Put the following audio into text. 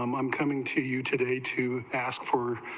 um um coming to you today to ask for,